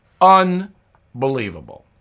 Unbelievable